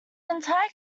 entire